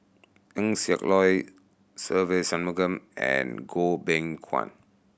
Eng Siak Loy Se Ve Shanmugam and Goh Beng Kwan